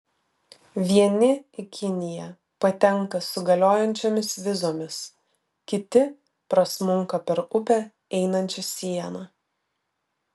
vieni į kiniją patenka su galiojančiomis vizomis kiti prasmunka per upę einančią sieną